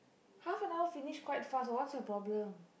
half an hour finish quite fast what's your problem